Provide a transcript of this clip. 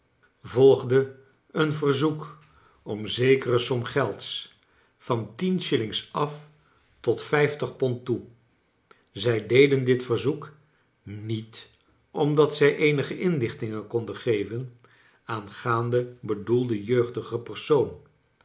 volgde een verzoek om zekere som gelds van tien shillings af tot vijftig pond toe zij deden dit verzoek niet omdat zij eenige inlichtingen konden geven aangaande bedoelde jeugdige persoon